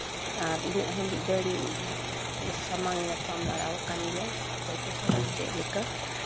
ᱟᱨ ᱤᱱᱟᱹᱜ ᱦᱟᱹᱵᱤᱡ ᱫᱚᱧ ᱥᱟᱢᱟᱝ ᱧᱟᱯᱟᱢ ᱵᱟᱲᱟ ᱟᱠᱟᱱ ᱜᱮᱭᱟ ᱚᱠᱚᱭ ᱠᱚ ᱥᱟᱞᱟᱜ ᱪᱮᱫ ᱞᱮᱠᱟ